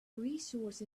resource